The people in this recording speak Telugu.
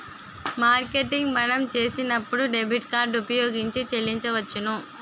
మార్కెటింగ్ మనం చేసినప్పుడు డెబిట్ కార్డు ఉపయోగించి చెల్లించవచ్చును